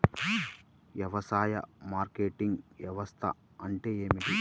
వ్యవసాయ మార్కెటింగ్ వ్యవస్థ అంటే ఏమిటి?